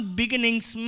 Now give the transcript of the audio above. beginnings